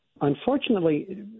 Unfortunately